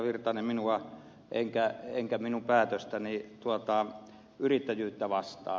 virtanen minua ettekä minun päätöstäni yrittäjyyttä vastaan